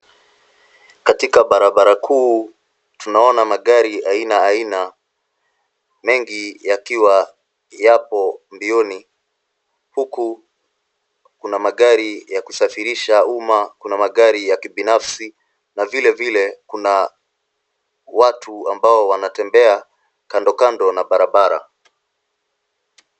Katika barabara kuu tunaona magari aina aina mengi yakiwa yapo mbiuni, huku kuna magari ya kusafirisha uma kuna magari ya kibinafsi na vile vile kuna watu ambao wanatembea kando na barabara.